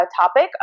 topic